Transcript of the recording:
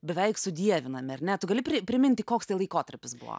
beveik sudievinami ar ne tu gali priminti koks tai laikotarpis buvo